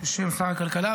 בשם שר הכלכלה,